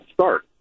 start